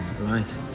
Right